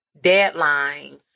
deadlines